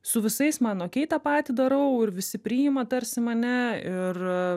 su visais man okey tą patį darau ir visi priima tarsi mane ir